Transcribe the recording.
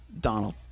Donald